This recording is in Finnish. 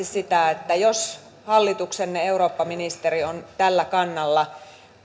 sitä että jos hallituksenne eurooppaministeri on tällä kannalla